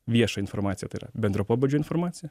viešą informaciją tai yra bendro pobūdžio informaciją